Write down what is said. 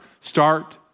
Start